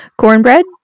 cornbread